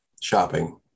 shopping